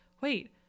wait